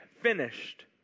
finished